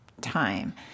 time